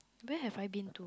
where have I been to